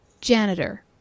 janitor